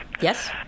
Yes